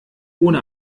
ohne